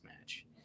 match